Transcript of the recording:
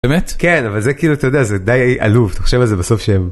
באמת? כן אבל זה כאילו אתה יודע זה די עלוב אתה חושב על זה בסוף שהם.